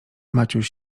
maciuś